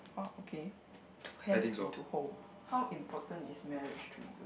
ah okay to have and to hold how important is marriage to you